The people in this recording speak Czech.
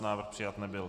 Návrh přijat nebyl.